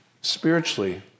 spiritually